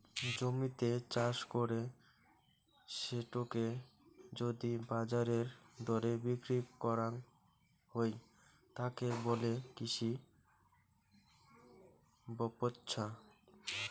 জমিতে চাষ করে সেটোকে যদি বাজারের দরে বিক্রি করাং হই, তাকে বলে কৃষি ব্যপছা